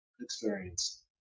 experience